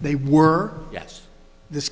they were yes this